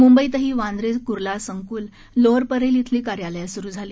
म्ंबईतही वांद्रे कुर्ला संकुल लोअर परेल इथली कार्यालय स्रु झाली